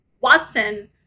Watson